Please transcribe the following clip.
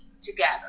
together